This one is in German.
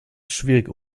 schwierig